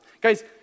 guys